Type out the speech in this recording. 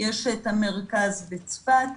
יש את המרכז בצפת,